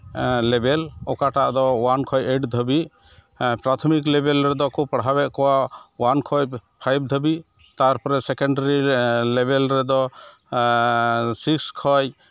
ᱞᱮᱵᱮᱞ ᱚᱠᱟᱴᱟᱜ ᱫᱚ ᱚᱣᱟᱱ ᱠᱷᱚᱡ ᱮᱭᱤᱴ ᱫᱷᱟᱹᱵᱤᱡ ᱯᱨᱟᱛᱷᱚᱢᱤᱠ ᱞᱮᱵᱮᱞ ᱨᱮᱫᱚ ᱠᱚ ᱯᱟᱲᱦᱟᱣᱮᱫ ᱠᱚᱣᱟ ᱚᱣᱟᱱ ᱠᱷᱚᱡ ᱯᱷᱟᱭᱤᱵᱽ ᱫᱷᱟᱹᱵᱤᱡ ᱛᱟᱨᱯᱚᱨᱮ ᱥᱮᱠᱮᱱᱰᱟᱨᱤ ᱞᱮᱵᱮᱞ ᱨᱮᱫᱚ ᱥᱤᱠᱥ ᱠᱷᱚᱡ